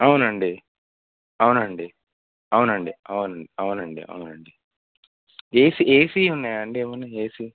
అవును అండి అవును అండి అవును అండి అవును అండి అవును అండి అవును అండి ఏసి ఏసీ ఉన్నాయి అండి ఏమైనా ఏసీ